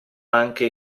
anche